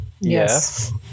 Yes